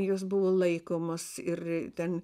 jos buvo laikomos ir ten